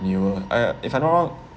renewal uh if I'm not wrong